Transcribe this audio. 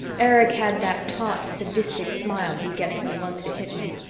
erich had that taut sadistic smile he gets when he wants to hit me.